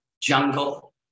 jungle